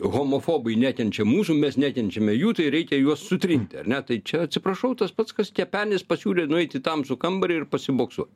homofobai nekenčia mūsų mes nekenčiame jų tai reikia juos sutrinti ar ne tai čia atsiprašau tas pats kas kepenis pasiūlė nueit į tamsų kambarį ir pasiimti boksot